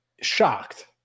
shocked